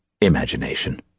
Imagination